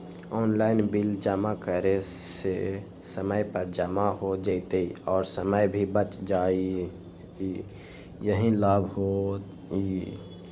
Online bill जमा करे से समय पर जमा हो जतई और समय भी बच जाहई यही लाभ होहई?